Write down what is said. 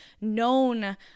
known